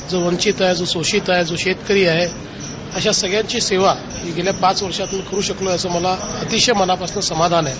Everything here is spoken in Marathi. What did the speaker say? जो वंचित आहे जो सोशित आहे जो शेतकरी आहे अशा सगळ्यांची सेवा ही गेल्य पाच वर्षात करु शकलोय याचं मला अतिशय मनापासनं समाधन आहे